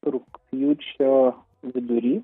rugpjūčio vidury